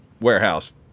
warehouse